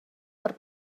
per